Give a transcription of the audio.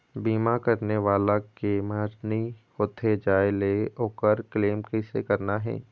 बीमा करने वाला के मरनी होथे जाय ले, ओकर क्लेम कैसे करना हे?